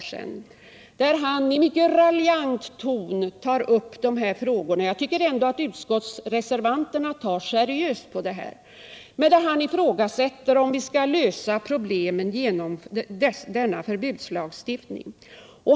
I detta tar han i mycket raljant ton upp dessa frågor, på vilka jag tycker att utskottsreservanterna tar mycket seriöst. Handelsministern ifrågasätter här om vi skall lösa problemet medelst denna förbudslagstiftning.